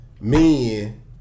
men